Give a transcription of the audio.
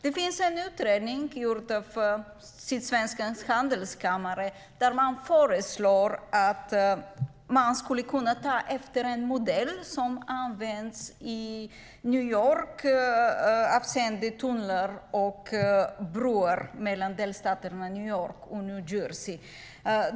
Det finns en utredning som är gjord av Sydsvenska handelskammaren där det föreslås att man skulle kunna ta efter en modell som används i New York avseende tunnlar och broar mellan delstaterna New York och New Jersey.